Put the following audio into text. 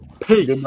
Peace